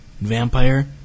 vampire